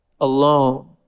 alone